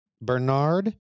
Bernard